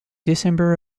december